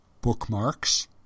Bookmarks